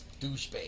Douchebag